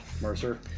Mercer